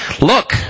look